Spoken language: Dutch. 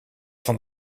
van